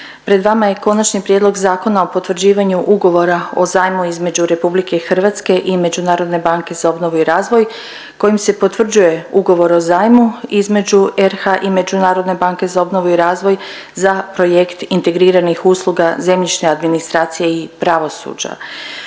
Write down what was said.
pred vama je Konačni prijedlog Zakona o potvrđivanju ugovora o zajmu između RH i Međunarodne banke za obnovu i razvoj kojim se potvrđuje ugovor o zajmu između RH i Međunarodne banke za obnovu i razvoj za projekt integriranih usluga zemljišne administracije i pravosuđa.